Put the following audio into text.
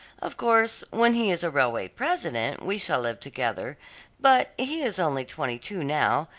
of course when he is a railway president we shall live together but he is only twenty-two now,